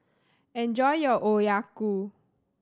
enjoy your Okayu